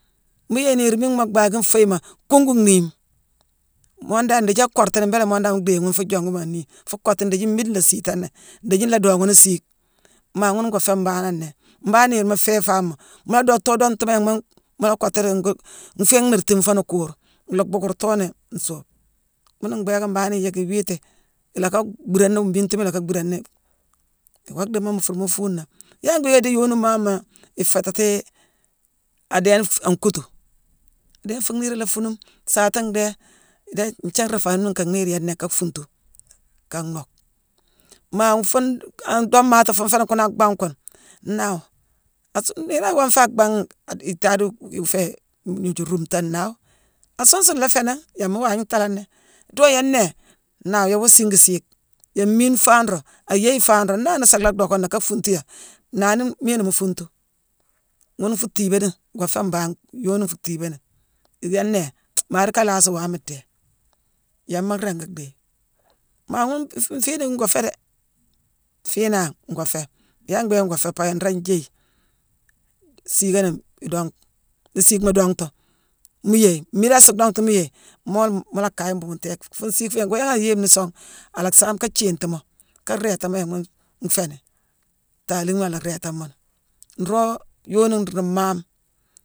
Mu yééye niir miighma bhaakine fuiiyima, kuugu nhii. Moondane ndiithiia akoortini, mbééla moondane mu dhéye ghune fuu jongu maa nnii. Fuu kottu ndiithi mmiide nlaa siitani. Ndééthi nlaa dooghani siig. Maa ghune ngoo féé mbanane nnéé. Mbangh niirma fééfamoo, mu la dongtoo dongtu yanghma mu la kottu ni-ngoo-nféé néértine fooni kuur. Nlhaa bhuukurtooni nsuube. Ghuuna mbhééké mbangh nii iyick iwiiti ilacka bhiirane ni wu mmiitima ila bhiirani, iwoo dhiimo fuur mu fuunangh. Yaala mbhiiké idii yoonimaama iféétatii adééne an kuutu. Adééne fuu niirane ila fuunume saata ndhéé, idéé njanrafaanime ka nhiir yééne nnéé ka fuuntu, ka nhock. Maa fuune an dhoodemaati fuune fééni kuuna a bhangh kune, naawu. Asu-niirane iwoo nféé ak bangh-ad-itaade iféé gnooju ruumetane, naawu. Asuun sune laa féénangh yama waagna ntaalani. Dhoo yééne nnéé, naawu yéé woo siigi siig. Yéé miine faa nroog, ayééye fan roog. Naala nuu suula dhocka nnéé ka fuuntu yéé? Naawu nii miina mu fuuntu. Ghune nfuu thiibani, ngoo féé mbangh yooni nfuu thiibani. Yéé nnéé maa dii ka laasi waame ndéé. Yéé ma ringi dhééye. Maa ghune fiine ngoo féé déé. Fiinangh, ngoo féé. Yaala mbhiiké ngoo féé? Pabia nraa njééye siigane idongtu. Nii siigma dongtu, mu yééye, mmiidang asuu dongtu, mu yééye moo la mu-mu la kaye mbuutéég. Fuune siig fuune yangho yanghe aa yéémeni song, ala saame ka siiti moo, kaa rééta moo yanghma nfééni. Taalinghima ala réétamoni. Nroog yooni nruu maame